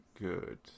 good